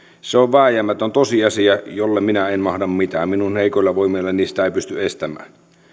se on vääjäämätön tosiasia jolle minä en mahda mitään minun heikoilla voimillani sitä ei pysty estämään